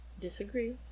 disagree